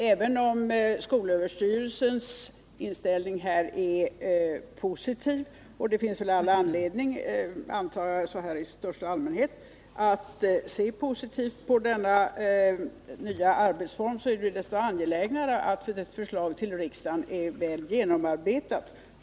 Även om skolöverstyrelsens inställning här är positiv — och det finns väl allmänt sett, antar jag, anledning att se positivt på denna nya arbetsform — så är det ju desto angelägnare att ett förslag till riksdagen är väl genomarbetat.